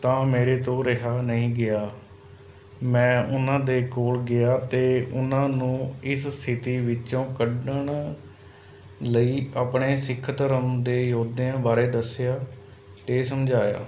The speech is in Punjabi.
ਤਾਂ ਮੇਰੇ ਤੋਂ ਰਿਹਾ ਨਹੀਂ ਗਿਆ ਮੈਂ ਉਨ੍ਹਾਂ ਦੇ ਕੋਲ ਗਿਆ ਅਤੇ ਉਨ੍ਹਾਂ ਨੂੰ ਇਸ ਸਥਿਤੀ ਵਿੱਚੋਂ ਕੱਢਣ ਲਈ ਆਪਣੇ ਸਿੱਖ ਧਰਮ ਦੇ ਯੋਧਿਆਂ ਬਾਰੇ ਦੱਸਿਆ ਅਤੇ ਸਮਝਾਇਆ